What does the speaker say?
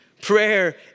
Prayer